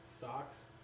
Socks